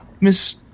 Miss